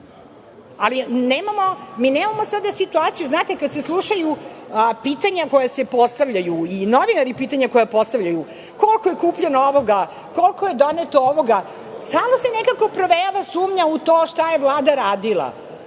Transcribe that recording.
Ali, mi nemamo sada situaciju, znate, kada se slušaju pitanja koja se postavljaju i novinari pitanja koja postavljaju, koliko je kupljeno ovoga, koliko je doneto ovoga, stalno se nekako provejava sumnja u to šta je Vlada radila,